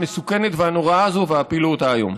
המסוכנת והנוראה הזאת והפילו אותה היום.